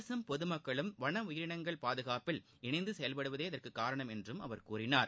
அரசும் பொதுமக்களும் வன உயிரினங்கள் பாதுகாப்பில் இணைந்து செயல்படுவதே இதற்கு காரணம் என்றும் அவர் கூறினார்